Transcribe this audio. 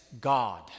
God